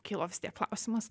kilo klausimas